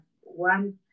one